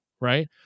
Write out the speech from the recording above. right